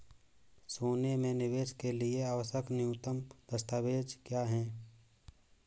सोने में निवेश के लिए आवश्यक न्यूनतम दस्तावेज़ क्या हैं?